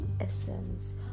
essence